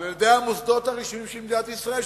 אלא על-ידי המוסדות הרשמיים של מדינת ישראל,